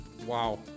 Wow